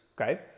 okay